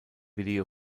video